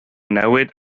newid